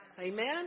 Amen